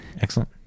excellent